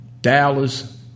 Dallas